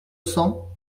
cents